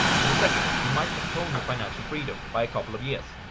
in the second, you might postpone your financial freedom by a couple of years.